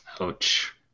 Ouch